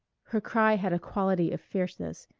her cry had a quality of fierceness.